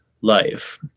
life